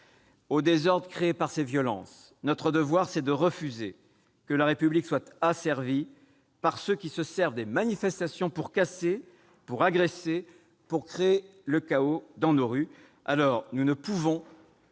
au désordre créé par ces violences ; notre devoir est de refuser que la République soit asservie par ceux qui se servent des manifestations pour casser, pour agresser, pour créer le chaos dans nos rues. Nous ne devons